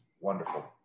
wonderful